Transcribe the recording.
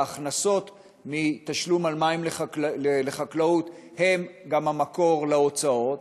ההכנסות מתשלום על מים לחקלאות הן גם המקור להוצאות,